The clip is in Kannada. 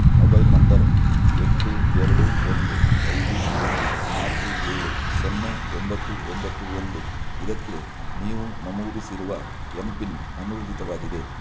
ಮೊಬೈಲ್ ನಂಬರ್ ಎಂಟು ಎರಡು ಒಂದು ಐದು ಒಂದು ನಾಲ್ಕು ಏಳು ಸೊನ್ನೆ ಒಂಬತ್ತು ಒಂಬತ್ತು ಒಂದು ಇದಕ್ಕೆ ನೀವು ನಮೂದಿಸಿರುವ ಎಂ ಪಿನ್ ಅನೂರ್ಜಿತವಾಗಿದೆ